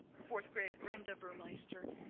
fourth grade, brenda burmeister.